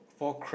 four crack